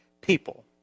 people